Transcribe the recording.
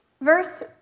Verse